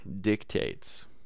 dictates